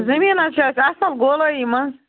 زٔمیٖن حظ چھِ اَسہِ اَصٕل گولٲی منٛز